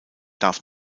darf